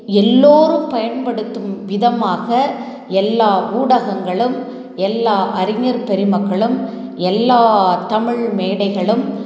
எல்லோரும் பயன்படுத்தும் விதமாக எல்லா ஊடகங்களும் எல்லா அறிஞர் பெருமக்களும் எல்லா தமிழ் மேடைகளும்